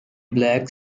black